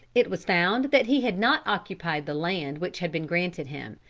it was found that he had not occupied the land which had been granted him,